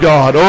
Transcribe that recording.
God